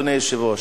אדוני היושב-ראש,